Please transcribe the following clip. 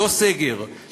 לא סגר,